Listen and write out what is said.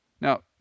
Now